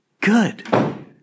good